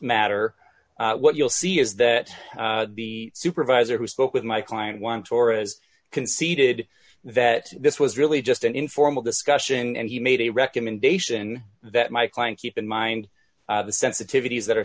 matter what you'll see is that the supervisor who spoke with my client wants or as conceded that this was really just an informal discussion and he made a recommendation that my client keep in mind the sensitivities